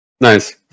Nice